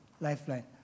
lifeline